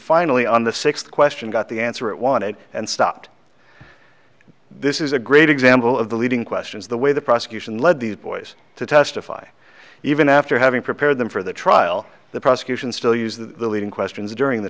finally on the sixth question got the answer it wanted and stopped this is a great example of the leading questions the way the prosecution led these boys to testify even after having prepared them for the trial the prosecution still use the leading questions during the